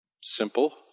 Simple